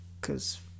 cause